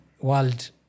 world